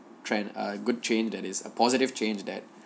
trend err good change that is a positive change that